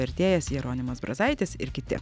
vertėjas jeronimas brazaitis ir kiti